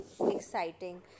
exciting